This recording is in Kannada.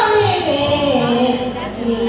ಶೇಕಡಾ ಹದಿನೆಂಟರಷ್ಟು ಜಿ.ಎಸ್.ಟಿ ತೆರಿಗೆ ಕಟ್ಟ್ಬೇಕು